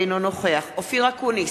אינו נוכח אופיר אקוניס,